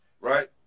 right